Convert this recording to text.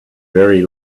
very